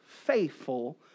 faithful